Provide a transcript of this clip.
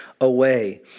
away